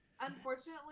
Unfortunately